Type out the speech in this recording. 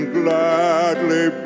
gladly